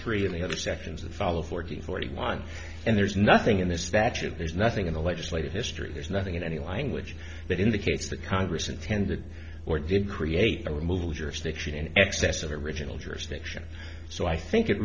three and the other sections of follow forty forty one and there's nothing in this that there's nothing in the legislative history there's nothing in any language that indicates that congress intended or didn't create the removal jurisdiction in excess of original jurisdiction so i think it